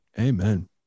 Amen